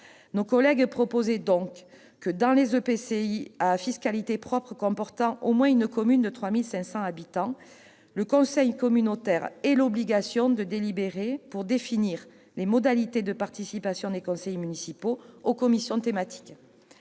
Nos collègues proposaient donc que, dans les EPCI à fiscalité propre comportant au moins une commune de 3 500 habitants et plus, le conseil communautaire ait l'obligation de délibérer pour définir les modalités de participation des conseillers municipaux aux commissions thématiques.